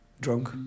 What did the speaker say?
drunk